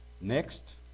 next